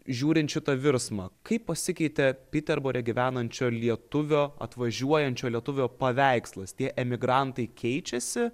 žiūrinčių tą virsmą kaip pasikeitė piterbore gyvenančio lietuvio atvažiuojančio lietuvio paveikslas tie emigrantai keičiasi